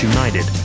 United